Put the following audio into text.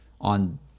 on